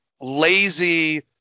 lazy